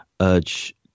urge